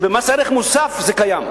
להווי ידוע שבמס ערך מוסף זה קיים.